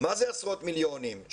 מה זה עשרות מיליונים?